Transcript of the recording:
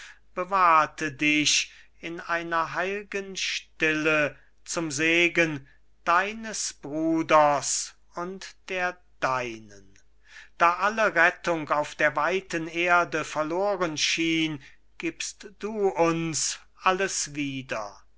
bewahrte dich in einer heil'gen stille zum segen deines bruders und der deinen da alle rettung auf der weiten erde verloren schien gibst du uns alles wieder